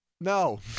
No